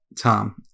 Tom